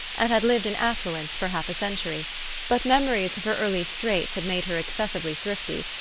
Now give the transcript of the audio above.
and had lived in affluence for half a century but memories of her early straits had made her excessively thrifty,